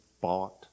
bought